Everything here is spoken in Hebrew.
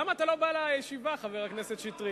למה אתה לא בא לישיבה, חבר הכנסת שטרית?